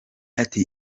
ati